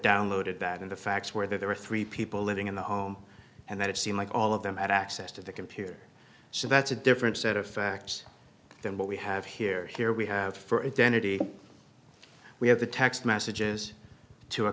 downloaded that in the fax where there were three people living in the home and that it seemed like all of them had access to the computer so that's a different set of facts than what we have here here we have for identity we have the text messages to a